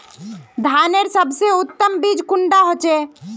धानेर सबसे उत्तम बीज कुंडा होचए?